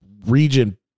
region